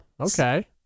Okay